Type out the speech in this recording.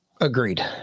Agreed